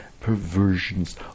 perversions